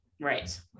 Right